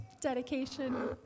dedication